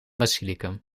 basilicum